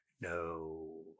No